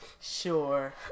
Sure